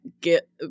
get –